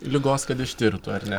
ligos kad ištirtų ar ne